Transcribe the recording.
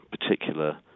particular